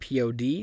POD